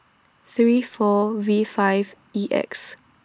three four V five E X